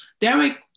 derek